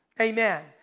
Amen